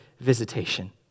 visitation